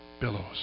billows